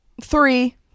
Three